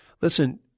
Listen